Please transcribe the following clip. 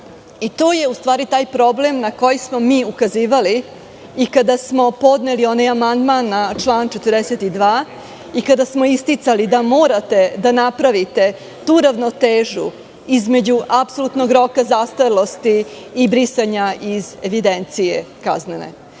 To je, u stvari, taj problem na koji smo ukazivali i kada smo podneli onaj amandman na član 42. i kada smo isticali da morate da napravite tu ravnotežu između apsolutnog roka zastarelosti i brisanja iz kaznene